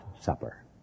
Supper